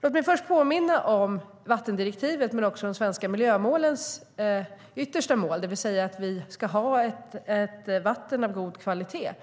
Låt mig först påminna om vattendirektivets men också de svenska miljömålens yttersta mål, det vill säga att vi ska ha ett vatten av god kvalitet.